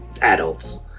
adults